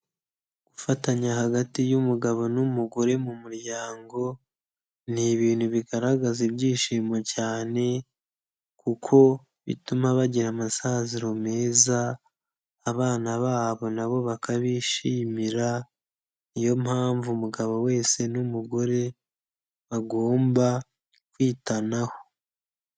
Gufatanya hagati y'umugabo n'umugore mu muryango, ni ibintu bigaragaza ibyishimo cyane kuko bituma bagira amasaziro meza, abana babo nabo bakabishimira, niyo mpamvu umugabo wese n'umugore bagomba kwitanaho.